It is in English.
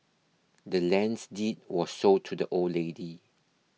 the land's deed was sold to the old lady